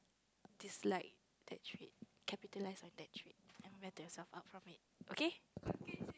dislike that trait capitalise on that trait and yourself out of from it okay